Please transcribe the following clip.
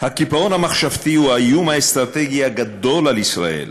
הקיפאון המחשבתי הוא האיום האסטרטגי הגדול על ישראל.